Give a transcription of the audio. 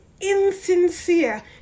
insincere